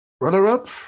Runner-up